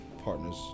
partners